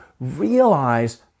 realize